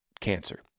cancer